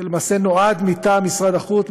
אני למעשה נועד מטעם שר החוץ,